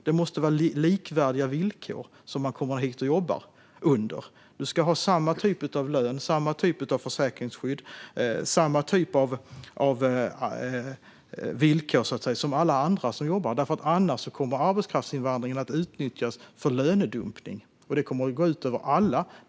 Det måste vara under likvärdiga villkor som man kommer hit och jobbar. Man ska ha samma typ av lön, samma typ av försäkringsskydd och samma typ av villkor som alla andra som jobbar, för annars kommer arbetskraftsinvandringen att utnyttjas för lönedumpning. Det skulle gå ut över alla.